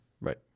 Right